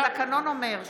ההצבעה הסתיימה.